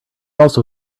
also